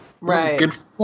Right